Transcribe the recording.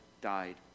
died